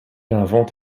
invente